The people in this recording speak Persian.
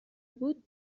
بود